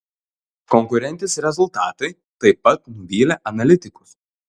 konkurentės rezultatai taip pat nuvylė analitikus